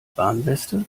warnweste